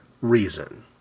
reason